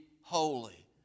holy